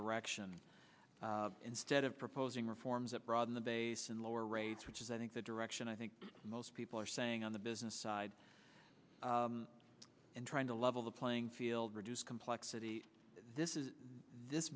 direction instead of proposing reforms that broaden the base and lower rates which is i think the direction i think most people are saying on the business side and trying to level the playing field reduce complexity this is this